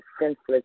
senseless